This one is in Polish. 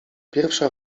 pierwsza